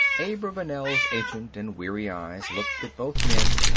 abravanel's ancient and weary eyes looked at both men,